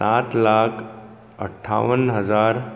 सात लाख अठ्ठावन हजार